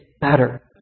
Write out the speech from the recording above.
better